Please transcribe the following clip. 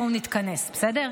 בואו נתכנס, בסדר?